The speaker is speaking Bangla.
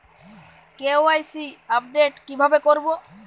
কে.ওয়াই.সি আপডেট কিভাবে করবো?